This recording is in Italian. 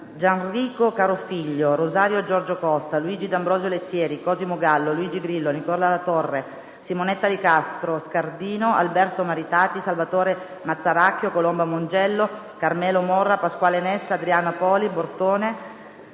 Gianrico Carofiglio, Rosario Giorgio Costa, Luigi D'Ambrosio Lettieri, Cosimo Gallo, Luigi Grillo, Nicola Latorre, Simonetta Licastro Scardino, Alberto Maritati, Salvatore Mazzaracchio, Colomba Mongiello, Carmelo Morra, Pasquale Nessa, Adriana Poli Bortone,